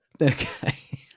Okay